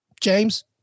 James